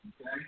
Okay